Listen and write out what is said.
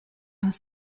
las